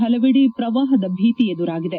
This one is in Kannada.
ಹಲವೆಡೆ ಪ್ರವಾಹದ ಭೀತಿ ಎದುರಾಗಿದೆ